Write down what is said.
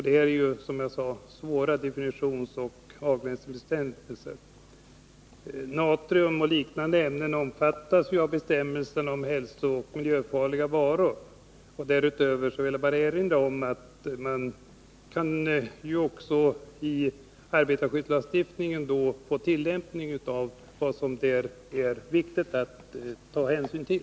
Det är här, som jag sade, svåra definitionsoch avgränsningsproblem. Natrium och liknande ämnen omfattas av bestämmelsen om hälsooch miljöfarliga varor. Därutöver vill jag bara erinra om att man också genom arbetarskyddslagstiftningen kan få till stånd en tillämpning av regler som det är viktigt att ta hänsyn till.